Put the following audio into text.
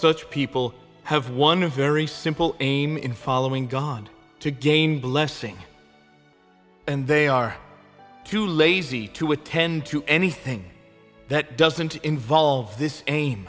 such people have won a very simple aim in following god to gain blessing and they are too lazy to attend to anything that doesn't involve this ai